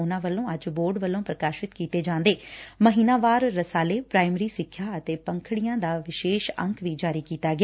ਉਨੂਾ ਵੱਲੋ ਅੱਜ ਬੋਰਡ ਵੱਲੋ ਪ੍ਰਕਾਸ਼ਿਤ ਕੀਤੇ ਜਾਂਦੇ ਮਹੀਨਾਵਾਰ ਰਸਾਲੇ ਪ੍ਾਇੱਮਰੀ ਸਿੱਖਿਆ ਅਤੇ ਪੰਖੜੀਆਂ ਦਾ ਵਿਸ਼ੇਸ਼ ਅੰਕ ਵੀ ਜਾਰੀ ਕੀਤਾ ਗਿਆ